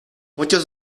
muchos